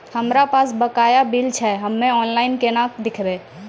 हमरा पास बकाया बिल छै हम्मे ऑनलाइन केना देखबै?